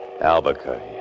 Albuquerque